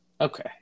Okay